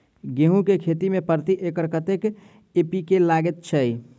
गेंहूँ केँ खेती मे प्रति एकड़ कतेक एन.पी.के लागैत अछि?